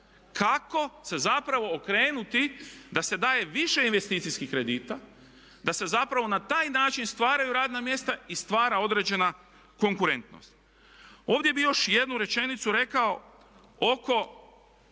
kako se zapravo okrenuti da se daje više investicijskih kredita, da se zapravo na taj način stvaraju radna mjesta i stvara određena konkurentnost. Ovdje bih još jednu rečenicu rekao oko